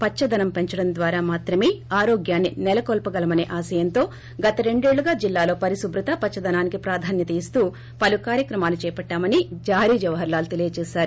పచ్చదనం పెంచడం ద్వారా మాత్రమే ఆరోగ్యాన్ని నెలకొల్సగలమనే ఆశయంతో గత రెండేళ్లుగా జిల్లాలో పరిశుభ్రత పచ్చదనానికి ప్రాధాన్యత ఇస్తూ పలు కార్యక్రమాలు చేపట్టామని కలెక్టర్ హరిజవహర్ లాల్ తెలీయజేశారు